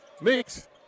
Meeks